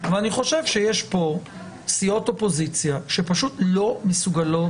אבל אני חושב שיש פה סיעות אופוזיציה שפשוט לא מסוגלות